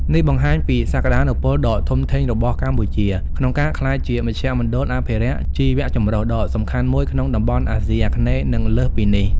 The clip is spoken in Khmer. នេះបង្ហាញពីសក្តានុពលដ៏ធំធេងរបស់កម្ពុជាក្នុងការក្លាយជាមជ្ឈមណ្ឌលអភិរក្សជីវៈចម្រុះដ៏សំខាន់មួយក្នុងតំបន់អាស៊ីអាគ្នេយ៍ និងលើសពីនេះ។